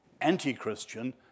anti-Christian